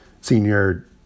senior